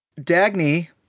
Dagny